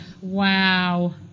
wow